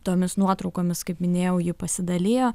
tomis nuotraukomis kaip minėjau ji pasidalijo